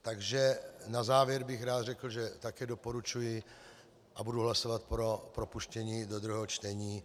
Takže na závěr bych rád řekl, že také doporučuji a budu hlasovat pro propuštění do druhého čtení.